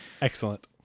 excellent